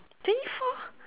twenty four